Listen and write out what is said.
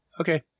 okay